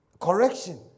correction